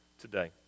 today